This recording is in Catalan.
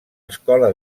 escola